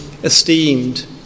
Esteemed